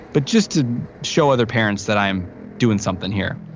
but just to show other parents that i'm doing something here.